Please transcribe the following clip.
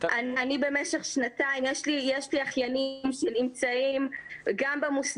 משרד החינוך רוצה להתייחס לנושא של מכרז